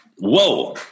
Whoa